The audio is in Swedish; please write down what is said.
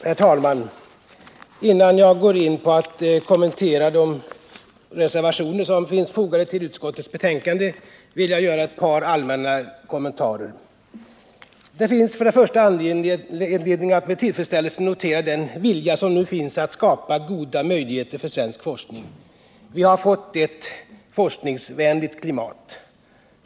Herr talman! Innan jag går in på att kommentera de reservationer som finns fogade till utskottets betänkande, vill jag göra ett par allmänna kommentarer. Det finns först anledning att med tillfredsställelse notera den vilja som nu finns att skapa goda möjligheter för svensk forskning. Vi har fått ett forskningsvänligt klimat.